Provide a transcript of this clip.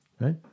right